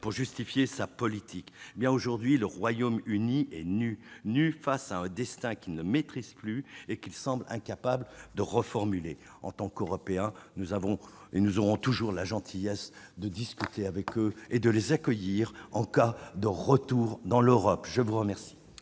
pour justifier sa politique. Aujourd'hui, le Royaume-Uni est nu face à un destin qu'il ne maîtrise plus et qu'il semble incapable de reformuler. En tant qu'Européens, nous avons, et nous aurons toujours, la gentillesse de discuter avec eux, et de les accueillir en cas de retour dans l'Europe. La parole